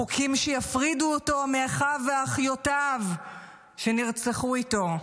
חוקים שיפרידו אותו מאחיו ואחיותיו שנרצחו איתו,